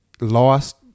lost